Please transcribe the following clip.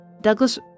Douglas